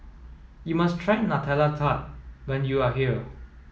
you must try Nutella Tart when you are here